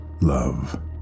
love